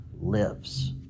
lives